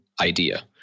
idea